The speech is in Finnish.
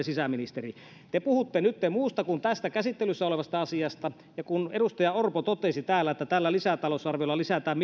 sisäministeri te puhutte nytten muusta kuin tästä käsittelyssä olevasta asiasta kun edustaja orpo totesi täällä että tällä lisätalousarviolla lisätään